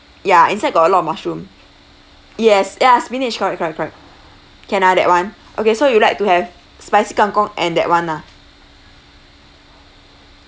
ya inside got a lot of mushroom yes ya spinach correct correct correct can ah that one okay so you like to have spicy kangkong and that one ah